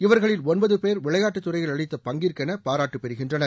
இவர்களில் ஒன்பது பேர் விளையாட்டுத்துறையில் அளித்த பங்கிற்கென பாராட்டுப் பெறுகின்றனர்